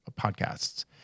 podcasts